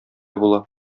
була